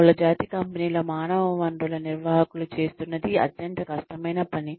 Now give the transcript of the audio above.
బహుళజాతి కంపెనీల మానవ వనరుల నిర్వాహకులు చేస్తున్నది అంత కష్టమైన పని